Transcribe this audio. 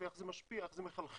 ואיך זה משפיע ואיך זה מחלחל,